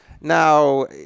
Now